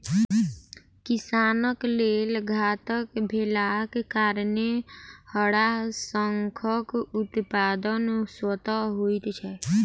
किसानक लेल घातक भेलाक कारणेँ हड़ाशंखक उत्पादन स्वतः होइत छै